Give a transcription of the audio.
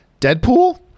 Deadpool